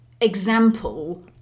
example